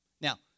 Now